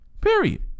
Period